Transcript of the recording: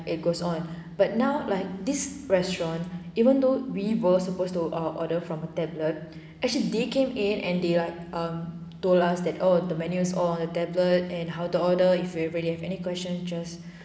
it goes on but now like this restaurant even though we were supposed to ah order from a tablet actually they came in and they like um told us that oh the menus is all on a tablet and how to order if you really have any question just